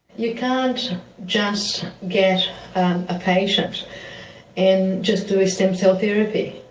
you can't just get a patient and just do a stem cell therapy,